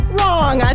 wrong